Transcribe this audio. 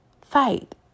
fight